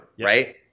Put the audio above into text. right